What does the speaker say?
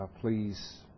please